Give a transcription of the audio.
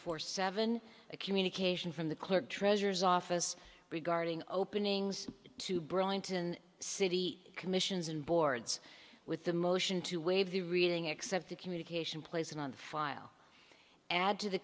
four seven a communication from the clerk treasurer's office regarding openings to burlington city commissions and boards with the motion to waive the reading except the communication placing on the file add to the